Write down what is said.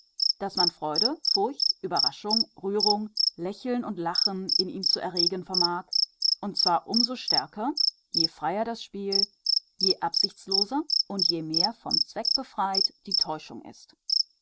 daß man freude furcht überraschung rührung lächeln und lachen in ihm zu erregen vermag und zwar um so stärker je freier das spiel je absichtsloser und je mehr vom zweck befreit die täuschung ist